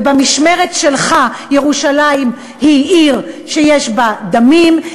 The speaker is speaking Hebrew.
ובמשמרת שלך ירושלים היא עיר שיש בה דמים,